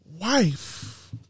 wife